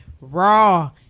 Raw